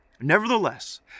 Nevertheless